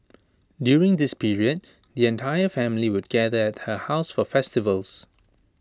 during this period the entire family would gather at her house for festivals